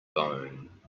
bone